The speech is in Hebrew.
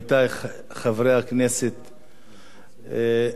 הנושא של הקטל בדרכים,